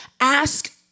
ask